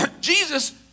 Jesus